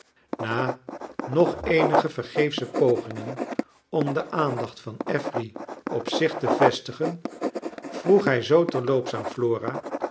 na nog eenige vergeefsche pogingen om de aandacht van affery op zich te vestigen vroeg hij zoo terloops aan flora